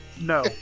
No